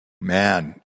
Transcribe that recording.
Man